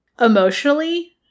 emotionally